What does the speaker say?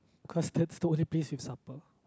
cause that's the only place with supper